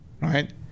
right